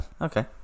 Okay